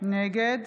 נגד